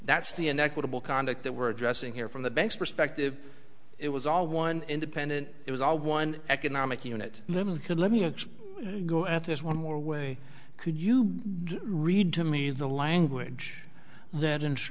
that's the inequitable conduct that we're addressing here from the bank's perspective it was all one independent it was all one economic unit then you could let me a go at this one more way could you read to me the language that